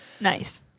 Nice